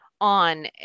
on